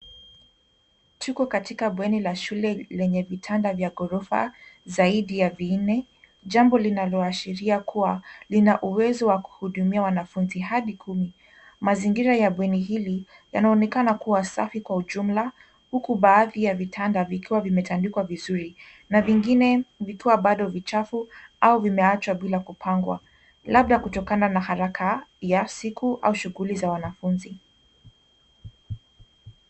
Tuko katika bweni la shule lenye vitanda vya ghorofa zaidi ya vinne, jambo linaloashiria kuwa lina uwezo wa kuhudumia wanafunzi hadi kumi. Mazingira ya bweni hili yanaonekana kuwa safi kwa ujumla, huku baadhi ya vitanda vikiwa vimetandikwa vizuri, na vingine vikiwa bado vichafu au vimeachwa bila kupangwa, labda kutokana na haraka ya siku au shughuli za wanafunzi.